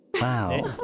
Wow